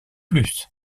plus